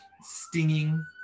stinging